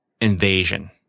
invasion